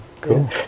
cool